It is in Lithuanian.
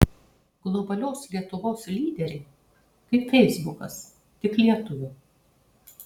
globalios lietuvos lyderiai kaip feisbukas tik lietuvių